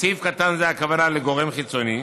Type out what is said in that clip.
(בסעיף קטן זה, גורם חיצוני),